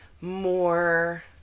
more